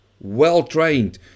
well-trained